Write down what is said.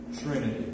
Trinity